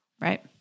right